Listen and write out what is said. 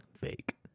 fake